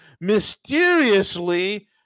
mysteriously